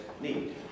need